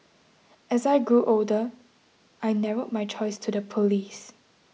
as I grew older I narrowed my choice to the police